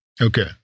Okay